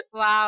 Wow